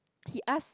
he asked